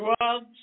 drugs